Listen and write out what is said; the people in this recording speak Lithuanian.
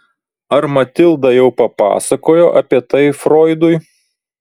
ar matilda jau papasakojo apie tai froidui